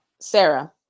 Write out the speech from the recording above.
Sarah